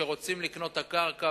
שרוצים לקנות את הקרקע,